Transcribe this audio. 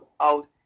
out